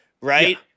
right